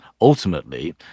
ultimately